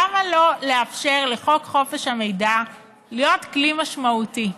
למה לא לאפשר לחוק חופש המידע להיות כלי משמעותי?